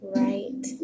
right